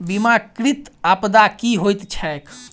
बीमाकृत आपदा की होइत छैक?